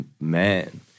man